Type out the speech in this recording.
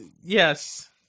Yes